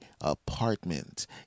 apartment